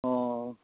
অঁ